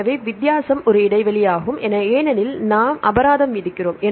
எனவே வித்தியாசம் ஒரு இடைவெளியாகும் ஏனெனில் நாம் அபராதம் விதிக்கிறோம்